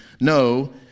no